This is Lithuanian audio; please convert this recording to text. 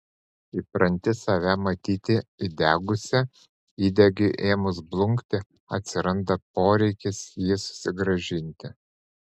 įpranti save matyti įdegusia įdegiui ėmus blukti atsiranda poreikis jį susigrąžinti